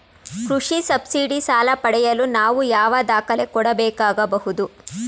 ಕೃಷಿ ಸಬ್ಸಿಡಿ ಸಾಲ ಪಡೆಯಲು ನಾನು ಯಾವ ದಾಖಲೆ ಕೊಡಬೇಕಾಗಬಹುದು?